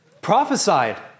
prophesied